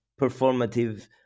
performative